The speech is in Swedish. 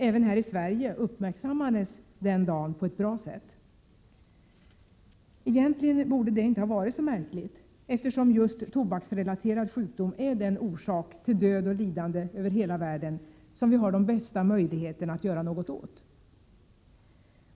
Även här i Sverige uppmärksammades denna dag på ett bra sätt. Egentligen borde det inte ha varit så märkligt, eftersom tobaksrelaterad sjukdom är den orsak till död och lidande över hela världen som vi har de bästa möjligheterna att göra något åt.